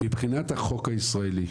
מבחינת החוק הישראלי,